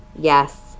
Yes